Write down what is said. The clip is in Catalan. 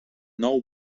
nou